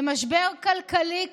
במשבר כלכלי קשה,